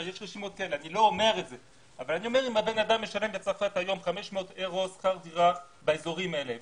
אבל אם האדם משלם בצרפת היום 500 אירו שכר דירה באזורים האלה,